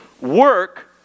work